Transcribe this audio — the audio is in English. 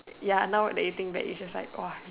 ya now that you think back it's just like !wah!